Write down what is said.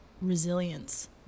resilience